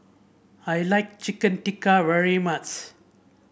I like Chicken Tikka very much